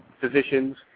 physicians